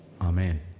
Amen